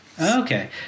Okay